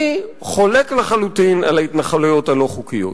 אני חולק לחלוטין על ההתנחלויות הלא-חוקיות,